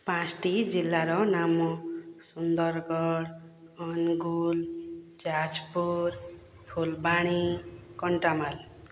ପାଞ୍ଚଟି ଜିଲ୍ଲାର ନାମ ସୁନ୍ଦରଗଡ଼ ଅନୁଗୁଳ ଯାଜପୁର ଫୁଲବାଣୀ କଣ୍ଟାମାଲ